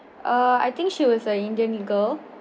uh I think she was a indian girl